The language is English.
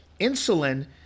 insulin